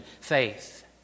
faith